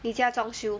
你家装修